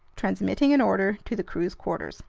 transmitting an order to the crew's quarters.